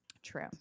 true